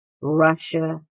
Russia